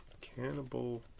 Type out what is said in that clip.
cannibal